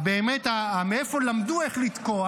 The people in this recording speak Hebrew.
מאיפה למדו איך לתקוע?